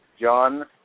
John